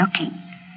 looking